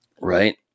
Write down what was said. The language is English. right